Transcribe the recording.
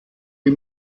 die